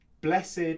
Blessed